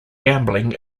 gambling